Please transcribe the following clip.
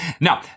Now